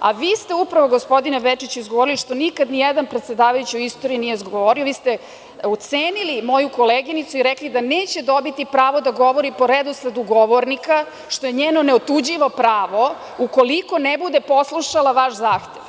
a vi ste upravo, gospodine Bečiću izgovorili što nikada nijedan predsedavajući u istoriji nije izgovorio, vi ste ocenili moju koleginicu i rekli da neće dobiti pravo da govori po redosledu govornika, što je njeno neotuđivo pravo, ukoliko ne bude poslušala vaš zahtev.